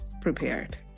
prepared